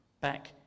back